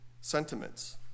sentiments